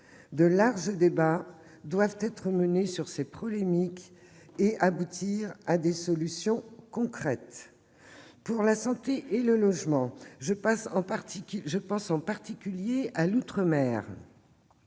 De larges débats doivent être menés sur ces problématiques et aboutir à des solutions concrètes. Pour la santé et le logement, je pense en particulier à l'outre-mer.